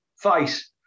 face